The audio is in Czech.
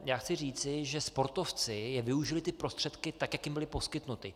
Já chci říci, že sportovci využili ty prostředky tak, jak jim byly poskytnuty.